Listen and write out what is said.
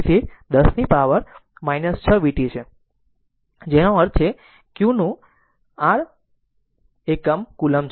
તેથી તે 10 ની પાવર 6 v t છે જેનો અર્થ છે q qનું r એકમ કુલોમ્બ છે